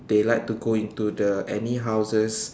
they like to go into the any houses